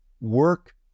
work